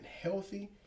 healthy